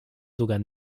sogar